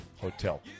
hotel